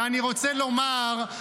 ואני רוצה לומר,